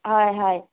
হয় হয়